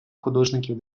художників